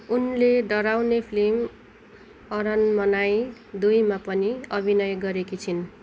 उनले डराउने फिल्म अरनमानाइ दुईमा पनि अभिनय गरेकी छिन्